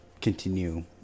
continue